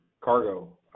cargo